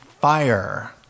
fire